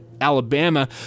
Alabama